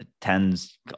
tens